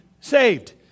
saved